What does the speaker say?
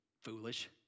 foolish